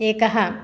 एकः